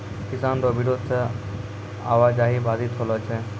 किसानो रो बिरोध से आवाजाही बाधित होलो छै